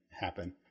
happen